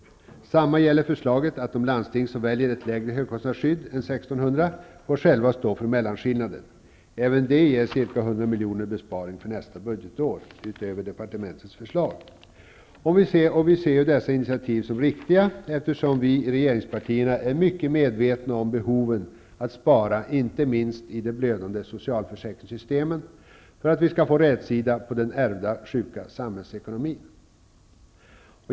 Detsamma gäller förslaget att de landsting som väljer ett lägre högkostnadsskydd än 1 600 kr. själva får stå för mellanskillnaden. Även detta ger för nästa budgetår en besparing på nästan 100 miljoner utöver departementets förslag. Vi ser dessa initiativ som riktiga, eftersom vi i regeringspartierna är mycket medvetna om behoven av att spara, inte minst i de blödande socialförsäkringssystemen. Detta är nödvändigt för att vi skall få rätsida på den ärvda, sjuka samhällsekonomin.